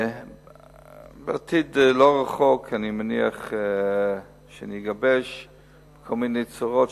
אני מניח שבעתיד הלא-רחוק אני אגבש כל מיני הצעות,